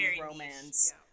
romance